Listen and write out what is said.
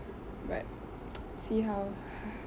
but see how